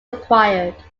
acquired